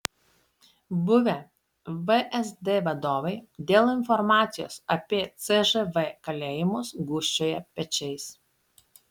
buvę vsd vadovai dėl informacijos apie cžv kalėjimus gūžčioja pečiais